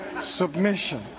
submission